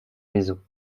maison